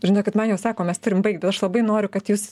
žinokit man jau sako mes turim baigt bet aš labai noriu kad jūs